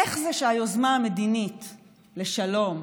איך זה שהיוזמה המדינית לשלום,